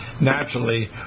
naturally